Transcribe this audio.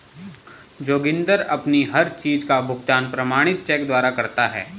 जोगिंदर अपनी हर चीज का भुगतान प्रमाणित चेक द्वारा करता है